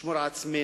לשמור על עצמנו.